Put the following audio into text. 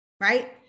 right